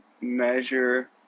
measure